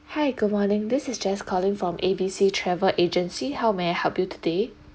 hi good morning this is jess calling from A B C travel agency how may I help you today